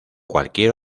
cualquier